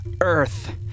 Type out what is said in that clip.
Earth